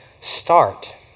start